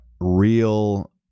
real